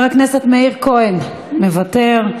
חבר הכנסת מאיר כהן, מוותר.